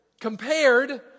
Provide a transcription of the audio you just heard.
compared